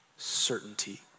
certainty